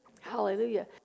Hallelujah